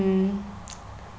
mm